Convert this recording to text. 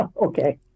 Okay